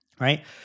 Right